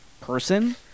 person